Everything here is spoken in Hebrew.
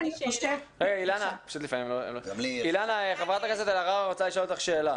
אילנה, יש לי שאלה.